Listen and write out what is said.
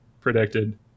predicted